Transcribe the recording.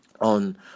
on